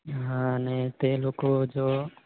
હા ને તે લોકો જો